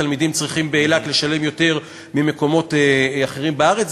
תלמידים באילת צריכים לשלם יותר מתלמידים ממקומות אחרים בארץ.